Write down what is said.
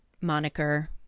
moniker